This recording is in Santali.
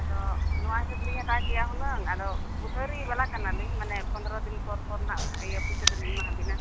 ᱟᱫᱚ ᱱᱚᱣᱟᱜᱮ ᱵᱟᱹᱞᱤᱧ ᱦᱟᱛᱟᱣ ᱠᱮᱭᱟ ᱦᱩᱱᱟᱹᱝ ᱟᱫᱚ ᱩᱫᱷᱟᱹᱨᱤ ᱵᱟᱞᱟ ᱠᱟᱱᱟᱞᱤᱧ ᱢᱟᱱᱮ ᱯᱚᱱᱨᱚ ᱫᱤᱱ ᱯᱚᱨ ᱯᱚᱨ ᱦᱟᱸᱜ ᱤᱭᱟᱹ ᱯᱩᱭᱥᱟᱹ ᱫᱚᱞᱤᱧ ᱮᱢᱟ ᱟᱹᱵᱤᱱᱟ